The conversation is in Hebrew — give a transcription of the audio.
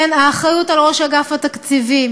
האחריות שמוטלת על ראש אגף התקציבים,